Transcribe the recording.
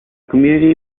community